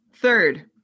Third